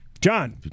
John